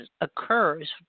occurs